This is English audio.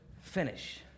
finish